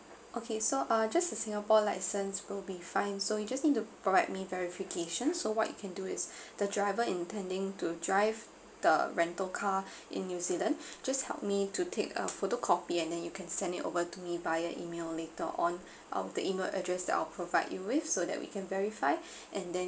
okay so uh just a singapore license will be fine so you just need to provide me verification so what you can do is the driver intending to drive the rental car in new zealand just help me to take a photocopy and then you can send it over to me via email later on uh to email address that I'll provide you with so that we can verify and then